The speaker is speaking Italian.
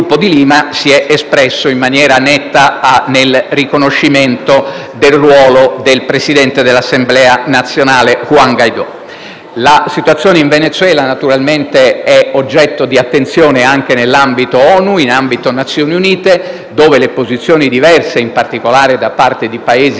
il Canada, che si è espresso in maniera netta nel riconoscimento del ruolo del presidente dell'Assemblea nazionale Juan Guaidó. La situazione in Venezuela, naturalmente, è oggetto di attenzione anche nell'ambito delle Nazioni Unite, dove le posizioni diverse, in particolare da parte di Paesi